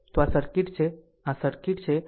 તો આ સર્કિટ છે આ સર્કિટ છે